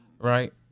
Right